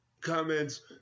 comments